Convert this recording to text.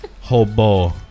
Hobo